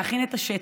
להכין את השטח,